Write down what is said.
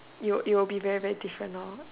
you would you would be very very different lor